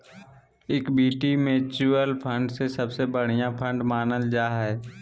equity mutual fund सबसे बढ़िया fund मानल जा हय